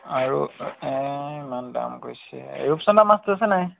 আৰু এ ইমান দাম কৈছে ৰূপচন্দা মাছটো আছে নাই